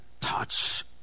touch